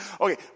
Okay